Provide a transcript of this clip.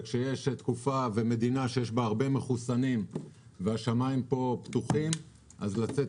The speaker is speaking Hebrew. ובתקופה שיש בה הרבה מחוסנים והשמים פה פתוחים צריך לצאת